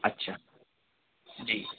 اچھا جی